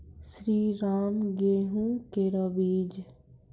श्रीराम गेहूँ केरो बीज?